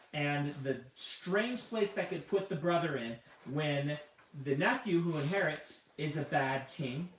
and the strange place that could put the brother in when the nephew who inherits is a bad king,